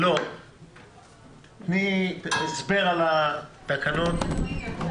הנה הם נכנסים.